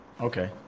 Okay